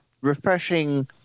refreshing